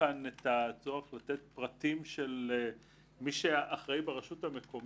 כאן את הצורך לתת פרטים של האחראי ברשות המקומית.